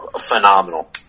Phenomenal